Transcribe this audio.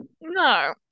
No